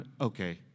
Okay